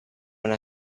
una